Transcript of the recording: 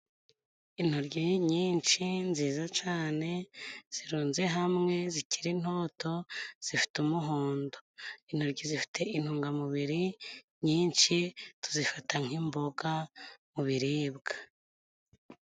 Intoryi nyinshi nziza cane zirunze hamwe zikiri ntoto, zifite umuhondo. Intoryi zifite intungamubiri nyinshi tuzifata nk'imboga mu biribwa.